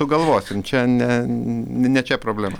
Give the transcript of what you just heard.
sugalvosim čia ne ne čia problema